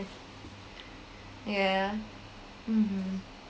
yeah mmhmm